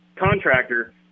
contractor